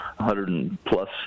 100-plus